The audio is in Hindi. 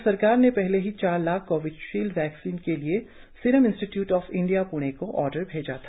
राज्य सरकार ने पहले ही चार लाख कोवीशील्ड वैक्सीन के लिए सिरम इंस्टीट्यूट ऑफ इंडिया पूणे को ऑर्डर भेजा था